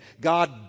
God